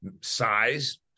size